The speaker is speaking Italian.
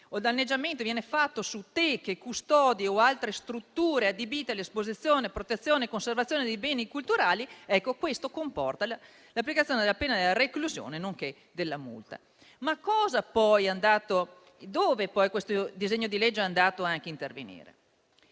o danneggiamento viene commesso su teche, custodie o altre strutture adibite all'esposizione, protezione e conservazione dei beni culturali, questo comporti l'applicazione della pena della reclusione, nonché della multa. Dove questo disegno di legge è andato a intervenire